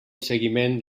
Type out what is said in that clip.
seguiment